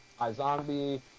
iZombie